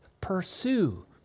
Pursue